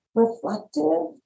reflective